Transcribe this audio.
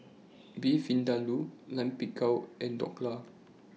Beef Vindaloo Lime Pickle and Dhokla